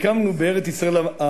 והקמנו בארץ-ישראל,